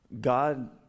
God